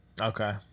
Okay